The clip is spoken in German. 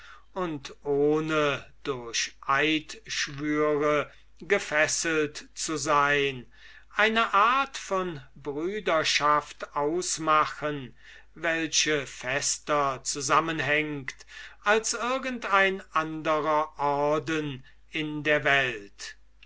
und ohne durch eidschwüre gefesselt zu sein eine art von brüderschaft ausmachen welche fester zusammenhängt als irgend ein anderer orden in der welt